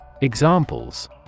Examples